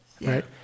right